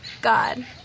God